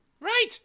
right